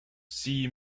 sea